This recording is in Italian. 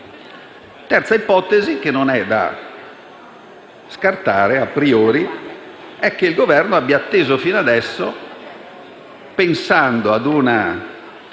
terza ipotesi - che non è da scartare a priori - è che il Governo abbia atteso fino adesso pensando ad una